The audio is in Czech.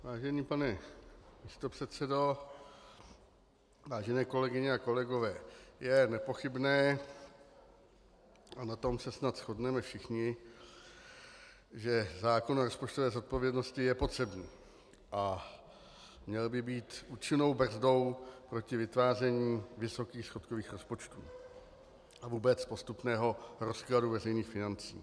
Vážený pane místopředsedo, vážené kolegyně a kolegové, je nepochybné, a na tom se snad shodneme všichni, že zákon o rozpočtové odpovědnosti je potřebný a měl by být účinnou brzdou proti vytváření vysokých schodkových rozpočtů a vůbec postupného rozkladu veřejných financí.